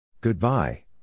goodbye